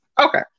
Okay